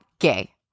Gay